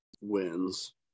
wins